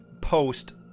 post